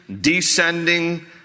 descending